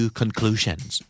conclusions